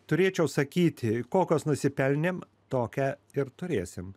turėčiau sakyti kokios nusipelnėm tokią ir turėsim